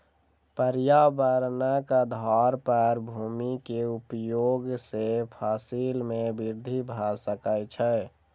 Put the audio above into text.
पर्यावरणक आधार पर भूमि के उपयोग सॅ फसिल में वृद्धि भ सकै छै